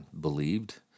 believed